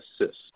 assist